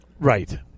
Right